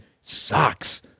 sucks